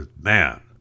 man